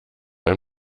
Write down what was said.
ein